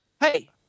hey